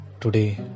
today